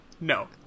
No